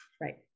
Right